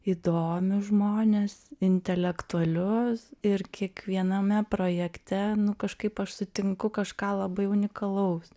įdomius žmones intelektualius ir kiekviename projekte nu kažkaip aš sutinku kažką labai unikalaus